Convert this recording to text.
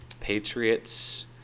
Patriots